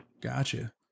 Gotcha